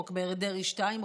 חוק דרעי 2,